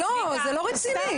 לא, זה לא רציני.